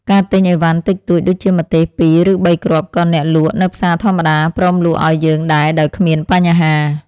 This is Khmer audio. ការទិញអីវ៉ាន់តិចតួចដូចជាម្ទេសពីរឬបីគ្រាប់ក៏អ្នកលក់នៅផ្សារធម្មតាព្រមលក់ឱ្យយើងដែរដោយគ្មានបញ្ហា។